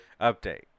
Update